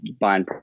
buying